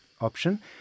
option